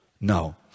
No